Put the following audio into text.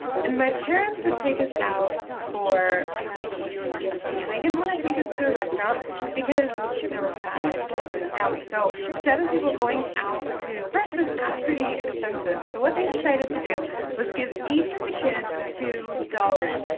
and my parents would take us out for, on a vacation or something, and they didn't want to take us to a restaurant because there were five kids in the family. so, seven people going out to breakfast got pretty expensive. so, what they decided to do was give each of the kids two dollars.